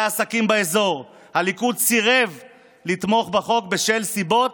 העסקים באזור הליכוד סירב לתמוך בחוק בשל סיבות,